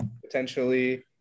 potentially